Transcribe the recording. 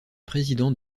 président